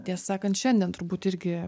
tiesą sakant šiandien turbūt irgi